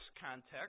context